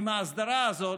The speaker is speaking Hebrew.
עם ההסדרה הזאת,